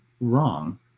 wrong